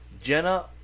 Jenna